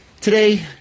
Today